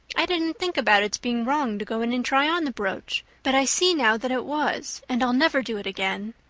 i didn't think about its being wrong to go in and try on the brooch but i see now that it was and i'll never do it again.